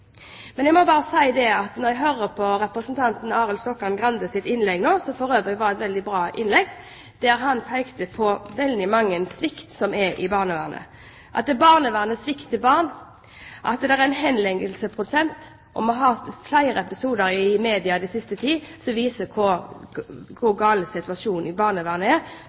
Men når jeg hører på representanten Arild Stokkan-Grandes innlegg – som for øvrig var et veldig bra innlegg – der han pekte på veldig mye svikt i barnevernet, at barnevernet svikter barn, at det er en høy henleggelsesprosent, og at vi har hatt flere episoder i media den siste tiden som viser hvor gal situasjonen i barnevernet er,